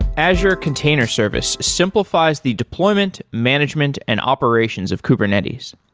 azure container service simplifies the deployment, management and operations of kubernetes.